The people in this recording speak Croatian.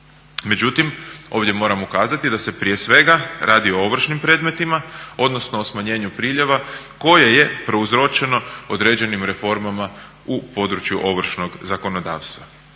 Međutim ovdje moram ukazati da se prije svega radi o ovršnim predmetima odnosno o smanjenju priljeva koje je prouzročeno određenim reformama u području ovršnog zakonodavstva.